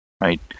right